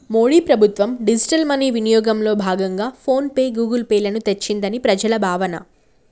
మోడీ ప్రభుత్వం digital money వినియోగంలో భాగంగా ఫోన్ పే, గూగుల్ పే లను తెచ్చిందని ప్రజల భావన